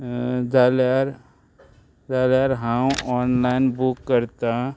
जाल्यार जाल्यार हांव ऑनलायन बूक करतां